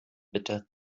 bitte